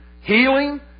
healing